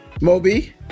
Moby